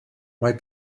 mae